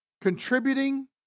contributing